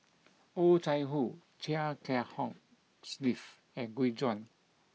Oh Chai Hoo Chia Kiah Hong Steve and Gu Juan